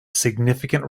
significant